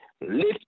lift